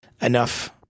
enough